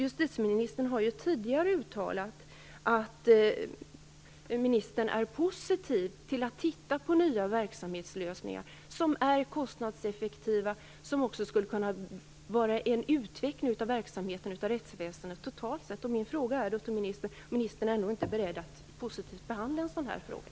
Justitieministern har ju tidigare uttalat att hon är positiv till att titta på nya verksamhetslösningar som är kostnadseffektiva och som också skulle kunna innebära en utveckling av verksamheten, rättsväsendet, totalt sett. Är ministern ändå inte beredd att positivt behandla en sådan fråga?